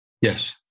yes